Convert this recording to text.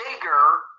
bigger